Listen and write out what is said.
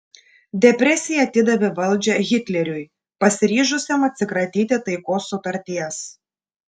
depresija atidavė valdžią hitleriui pasiryžusiam atsikratyti taikos sutarties